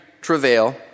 travail